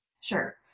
Sure